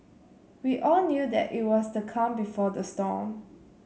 we all knew that it was the calm before the storm